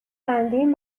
چندین